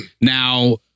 Now